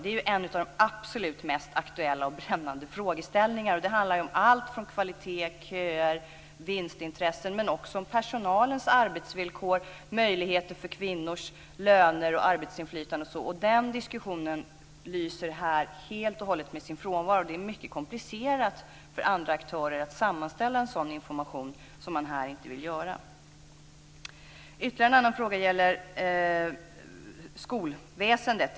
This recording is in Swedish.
Det är en av de absolut mest aktuella och brännande frågorna. Det handlar om allt från kvalitet, köer, vinstintressen till personalens arbetsvillkor, möjligheter för kvinnor, deras löner och arbetsinflytande. Den diskussionen lyser här helt och hållet med sin frånvaro. Det är mycket komplicerat för andra aktörer att sammanställa en sådan information som man här inte vill göra. Ytterligare en annan fråga gäller skolväsendet.